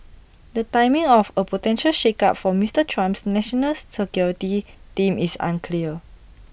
the timing of A potential shakeup for Mister Trump's national security team is unclear